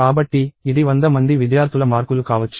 కాబట్టి ఇది 100 మంది విద్యార్థుల మార్కులు కావచ్చు